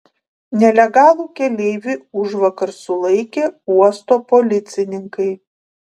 nelegalų keleivį užvakar sulaikė uosto policininkai